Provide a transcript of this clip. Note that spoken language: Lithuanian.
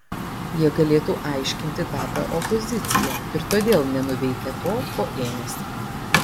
jie galėtų aiškinti tapę opozicija ir todėl nenuveikę to ko ėmėsi